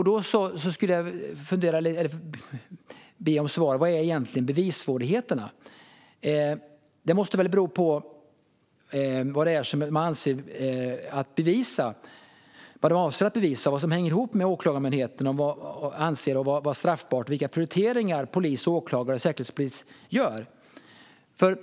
Då skulle jag vilja fråga: Vilka är egentligen bevissvårigheterna? De måste väl bero på vad det är som man avser att bevisa och vad Åklagarmyndigheten anser vara straffbart och vilka prioriteringar polis, åklagare och säkerhetspolis gör.